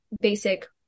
basic